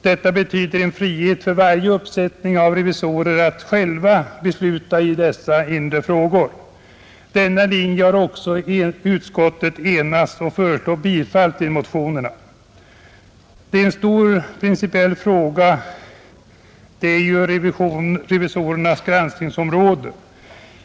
Detta betyder en frihet för varje uppsättning av revisorer att själva besluta om dessa inre frågor. Denna linje har också utskottet enats om och föreslår bifall till motionerna. En stor principiell fråga är revisorernas granskningsområde.